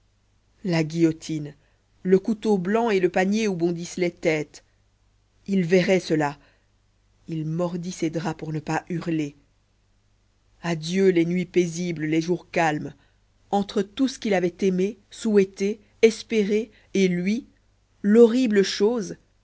la guillotine le couteau blanc et le panier où bondissent les têtes il verrait cela il mordit ses draps pour ne pas hurler adieu les nuits paisibles les jours calmes entre tout ce qu'il avait aimé souhaité espéré et lui l'horrible chose